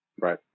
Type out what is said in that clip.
Right